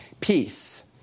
peace